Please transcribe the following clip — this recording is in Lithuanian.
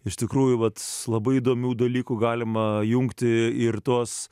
iš tikrųjų vat labai įdomių dalykų galima jungti ir tuos